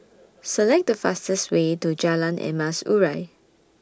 Select The fastest Way to Jalan Emas Urai